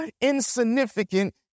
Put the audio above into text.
insignificant